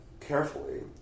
carefully